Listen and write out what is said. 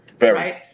right